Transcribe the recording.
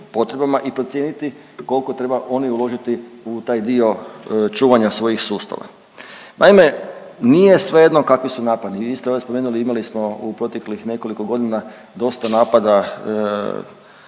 i procijeniti koliko trebaju oni uložiti u taj dio čuvanja svojih sustava. Naime, nije svejedno kakvi su napadi. Vi ste ovdje spomenuli, imali smo u proteklih nekoliko godina dosta napada unutar